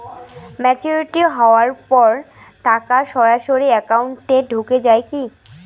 Maturity হওয়ার পর টাকা সরাসরি একাউন্ট এ ঢুকে য়ায় কি?